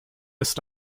ist